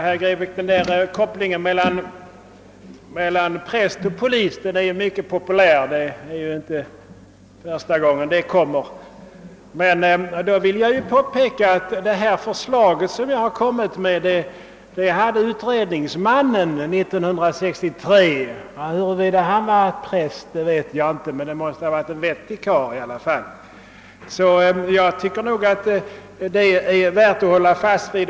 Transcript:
Herr talman! Sammankopplingen av präst och polis, herr Grebäck, är mycket populär. Det är inte första gången den förekommer. Jag vill emellertid påpeka att det förslag jag framlagt är detsamma som det som framfördes av utredningsmannen 1963. Huruvida denne var präst vet jag inte, men det måste i alla fall ha varit en vettig person. Jag tycker nog att förslaget är värt att hålla fast vid.